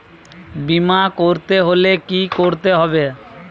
বিমা করতে হলে কি করতে হবে?